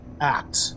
act